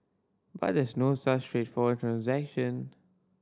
but there's no such transaction